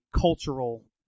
cultural